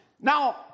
Now